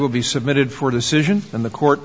will be submitted for decision than the court